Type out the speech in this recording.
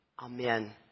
Amen